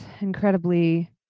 incredibly